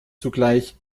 zugleich